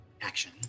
action